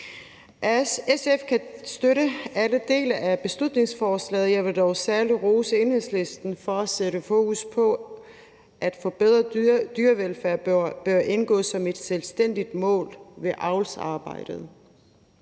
SF kan støtte alle dele af beslutningsforslaget. Jeg vil dog særlig rose Enhedslisten for at sætte fokus på, at forbedret dyrevelfærd bør indgå som et selvstændigt mål ved avlsarbejde.